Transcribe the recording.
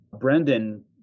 Brendan